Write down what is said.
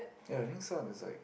ya I think so there's like